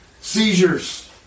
seizures